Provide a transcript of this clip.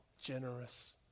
generous